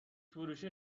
فروشی